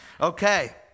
Okay